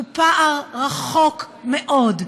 הוא פער גדול מאוד.